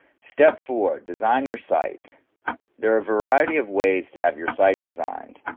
step four design your site there are a variety of ways to have your site designed.